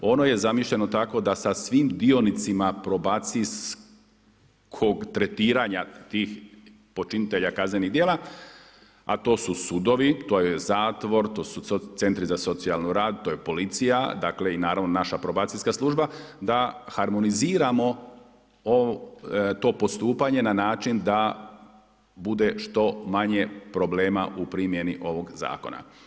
Ono je zamišljeno tako da sa svim dionicima probacijskog tretiranja tih počinitelja kaznenih djela, a to su sudovi, to je zatvori, centri za socijalni rad, to je policija, dakle i naravno naša probacijska služba, da harmoniziramo to postupanje na način da bude što manje problema u primjeni ovog zakona.